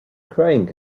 crying